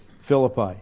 Philippi